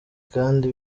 kandi